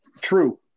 True